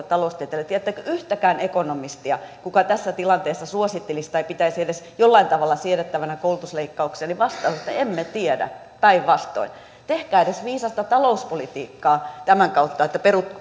taloustieteilijöitä tiedättekö yhtäkään ekonomistia joka tässä tilanteessa suosittelisi tai pitäisi edes jollain tavalla siedettävinä koulutusleikkauksia niin vastaus oli että emme tiedä päinvastoin tehkää viisasta talouspolitiikkaa edes tämän kautta